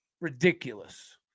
ridiculous